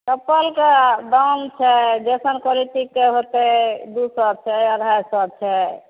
चप्पलके दाम छै जइसन क्वैलिटीके होतै दू सए छै अढ़ाइ सए छै